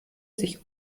sich